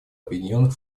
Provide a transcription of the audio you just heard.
объединенных